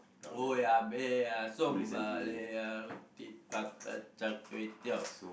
owa peya som roti prata char-kway-teow